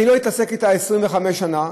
לא אתעסק בה 25 שנה,